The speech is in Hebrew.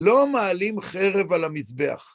לא מעלים חרב על המזבח.